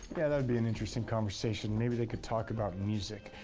yeah that would be an interesting conversation, maybe they could talk about music.